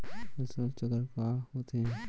फसल चक्र का होथे?